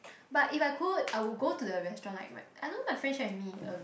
but if I could I would go to the restaurant like my I don't know my friend share with me a